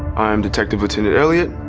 i'm detective wooten and earlier